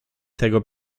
tego